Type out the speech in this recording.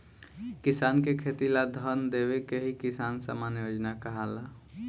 किसान के खेती ला धन देवे के ही किसान सम्मान योजना कहाला